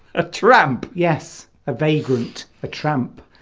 a tramp yes a vagrant a tramp